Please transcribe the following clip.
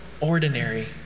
ordinary